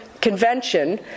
Convention